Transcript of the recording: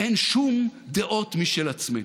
אין שום דעות משל עצמנו.